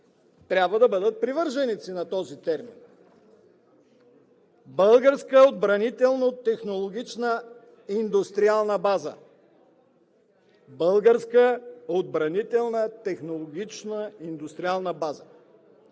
трябва да бъдат привърженици на този термин „Българска отбранителна технологична индустриална база“. Българска отбранителна технологична индустриална база!